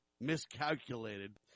miscalculated